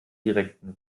direkten